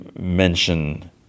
mention